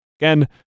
Again